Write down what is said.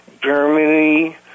Germany